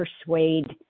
persuade